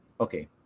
Okay